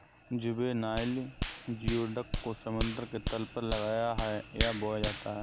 juvenile geoduck को समुद्र के तल पर लगाया है या बोया जाता है